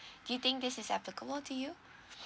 do you think this is applicable to you